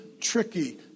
tricky